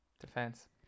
defense